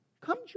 Come